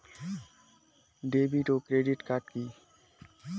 David ও credit card কি?